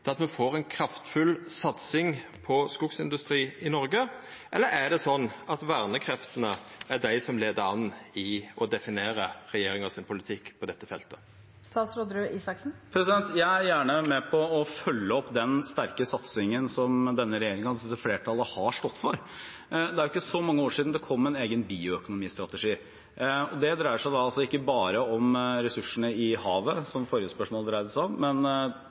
at me får ei kraftfull satsing på skogindustri i Noreg? Eller er det slik at vernekreftene er dei som er leiande i å definera kva politikk regjeringa har på dette feltet? Jeg er gjerne med på å følge opp den sterke satsingen som denne regjeringen og dette flertallet har stått for. Det er ikke så mange år siden det kom en egen bioøkonomistrategi. Det dreier seg ikke bare om ressursene i havet, slik forrige spørsmål dreide seg om